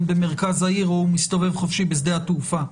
במרכז העיר או מסתובב חופשי בשדה התעופה.